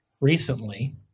recently –